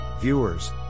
viewers